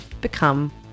become